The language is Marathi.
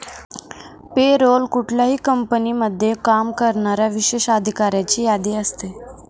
पे रोल कुठल्याही कंपनीमध्ये काम करणाऱ्या विशेष अधिकाऱ्यांची यादी असते